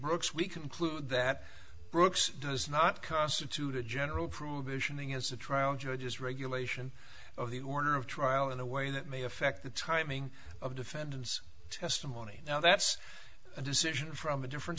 brooks we conclude that brooks does not constitute a general problem of visioning as the trial judges regulation of the order of trial in a way that may affect the timing of defendant's testimony now that's a decision from a different